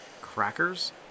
Crackers